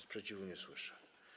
Sprzeciwu nie słyszę.